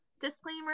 disclaimer